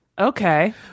okay